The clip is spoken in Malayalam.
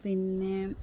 പിന്നെ